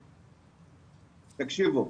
תקשיבו,